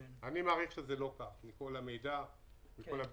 אגב, לא כל מה שהוחזר מדווח.